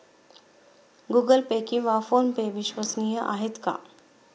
Google Pay किंवा PhonePe विश्वसनीय आहेत का?